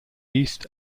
east